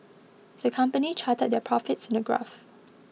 the company charted their profits in a graph